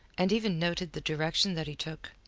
and even noted the direction that he took.